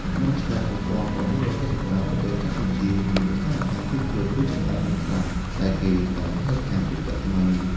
មុនឆ្នាំ ១៩៧៥ ប្រទេសកម្ពុជាមានឧស្សាហកម្មភាពយន្តរីកចម្រើនយ៉ាងខ្លាំង ដែលគេតែងហៅថា យុគសម័យមាស។